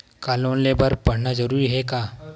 का लोन ले बर पढ़ना जरूरी हे का?